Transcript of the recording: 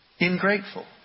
ingrateful